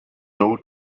door